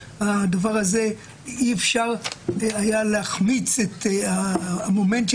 אי-אפשר היה להחמיץ את המומנט.